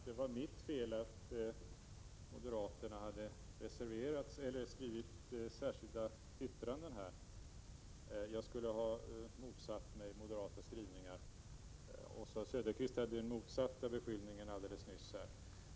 Herr talman! Margaretha af Ugglas lyckades få det till att det var mitt fel att moderaterna hade skrivit särskilda yttranden. Jag skulle ha motsatt mig den moderata skrivningen. Oswald Söderqvist hade nyss den motsatta beskyllningen mot mig.